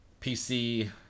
PC